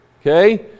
Okay